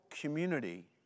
community